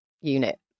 unit